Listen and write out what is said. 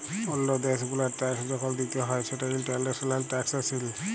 ওল্লো দ্যাশ গুলার ট্যাক্স যখল দিতে হ্যয় সেটা ইন্টারন্যাশনাল ট্যাক্সএশিন